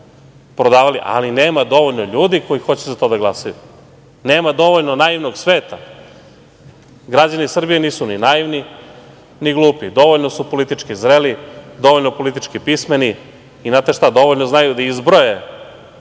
ali nema dovoljno ljudi koji hoće za to da glasaju. Nema dovoljno naivnog sveta. Građani Srbije nisu ni naivni, ni glupi, dovoljno su politički zreli, dovoljno politički pismeni i, znate šta, dovoljno znaju da izbroje